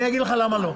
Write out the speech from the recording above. אני אגיד לך למה לא.